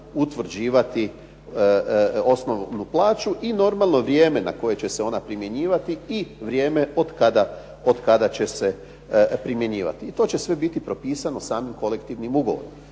utvrđivati osnovnu plaću i normalno vrijeme na koje će se ona primjenjivati i vrijeme od kada će se primjenjivati. To će sve biti propisano samim kolektivnim ugovorom.